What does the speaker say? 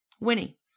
Winnie